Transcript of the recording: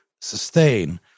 sustain